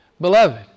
Beloved